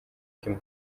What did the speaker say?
kim